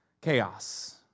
chaos